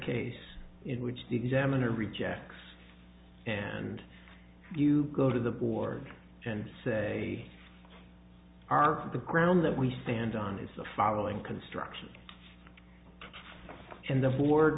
case in which the examiner rejects and you go to the board and say are the ground that we stand on is the following construction and the lord